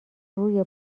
روی